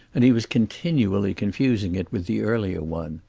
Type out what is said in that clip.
and he was continually confusing it with the earlier one.